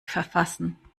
verfassen